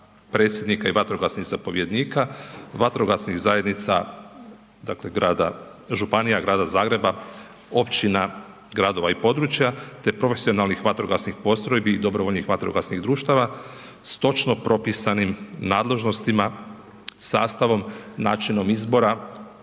predsjednika i vatrogasnih zapovjednika vatrogasnih zajednica, dakle županija, Grada Zagreba, općina, gradova i područja te profesionalnih vatrogasnih postrojbi i dobrovoljnih vatrogasnih društava s točno propisanim nadležnostima, sastavom, načinom izbora,